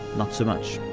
not so much.